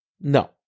No